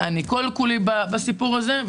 כל כולי בסיפור הזה.